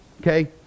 okay